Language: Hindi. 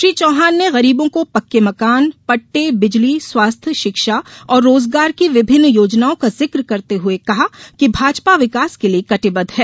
श्री चौहान ने गरीबों को पक्के मकान पट्टे बिजली स्वास्थ्य शिक्षा और रोजगार की विभिन्न योजनाओं का जिक करते हुए कहा कि भाजपा विकास के लिए कटिबद्ध है